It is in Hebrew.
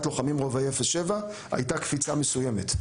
לוחמים רובאי 07 והייתה קפיצה מסוימת.